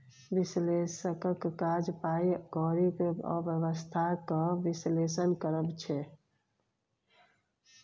बिश्लेषकक काज पाइ कौरीक अबस्था केँ बिश्लेषण करब छै